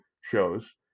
shows